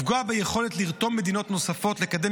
לפגוע ביכולת לרתום מדינות נוספות לקדם